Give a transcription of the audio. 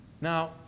Now